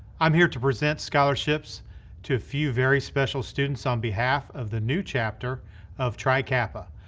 i'm here to present scholarships to a few very special students on behalf of the new chapter of tri kappa.